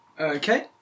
Okay